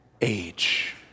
age